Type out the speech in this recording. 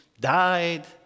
died